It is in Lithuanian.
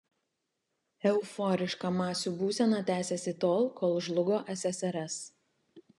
euforiška masių būsena tęsėsi tol kol žlugo ssrs